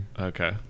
okay